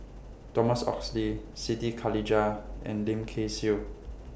Thomas Oxley Siti Khalijah and Lim Kay Siu